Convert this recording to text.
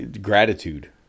gratitude